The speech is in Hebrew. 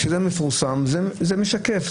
כשזה מפורסם זה משקף,